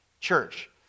church